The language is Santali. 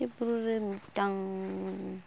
ᱪᱮᱫ ᱵᱩᱨᱩᱨᱮ ᱢᱤᱫᱴᱟᱝᱻ